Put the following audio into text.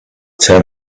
turn